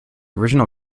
original